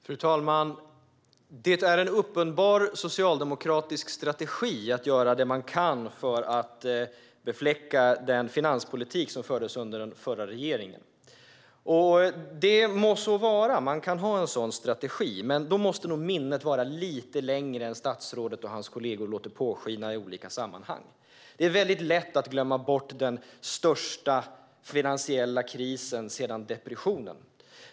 Fru talman! Det är en uppenbar socialdemokratisk strategi att göra det man kan för att befläcka den finanspolitik som fördes under den förra regeringen. Man kan ha en sådan strategi, det må så vara, men då måste nog minnet vara lite längre än vad statsrådet och hans kollegor låter påskina i olika sammanhang. Det är väldigt lätt att glömma bort den största finansiella krisen sedan depressionen.